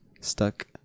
stuck